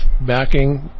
backing